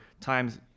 times